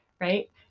right